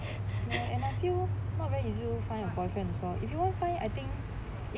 and I feel not very easy to find a boyfriend also if you want find I think